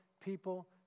people